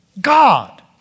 God